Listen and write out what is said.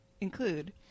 include